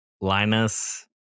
Linus